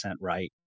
right